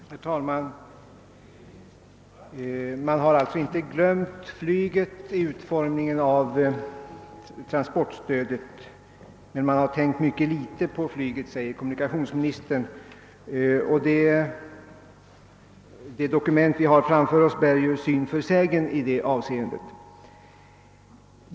Herr talman! Man har alltså inte glömt flyget vid utformningen av transportstödet, men man har tänkt mycket litet på flyget, säger kommunikationsministern. Det dokument vi har framför oss bär ju syn för sägen i det avseendet.